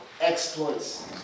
exploits